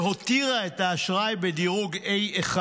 שהותירה את האשראי בדירוג A1,